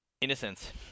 Innocence